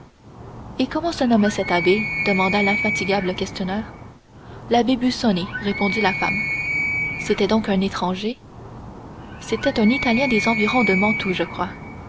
et comment se nommait cet abbé demanda l'infatigable questionneur l'abbé busoni répondit la femme c'était donc un étranger c'était un italien des environs de mantoue je crois